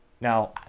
Now